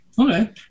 Okay